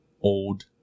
old